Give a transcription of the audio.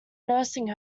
nursing